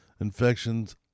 infections